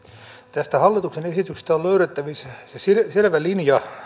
tästä hallituksen esityksestä on löydettävissä se selvä linja